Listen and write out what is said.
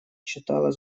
читала